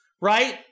right